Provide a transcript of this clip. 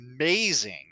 amazing